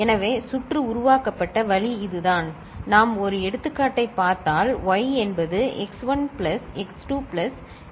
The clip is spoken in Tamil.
எனவே சுற்று உருவாக்கப்பட்ட வழி இதுதான் நாம் ஒரு எடுத்துக்காட்டைப் பார்த்தால் y என்பது x1 plus x2 plus x7